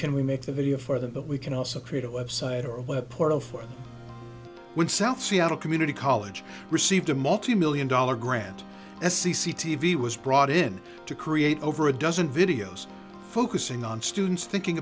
can we make the video for them but we can also create a website or a web portal for when south seattle community college received a multi million dollar grant as c c t v was brought in to create over a dozen videos focusing on students thinking